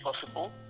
possible